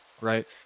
right